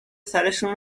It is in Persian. سرشون